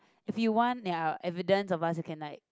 if you want ya evidence of us you can like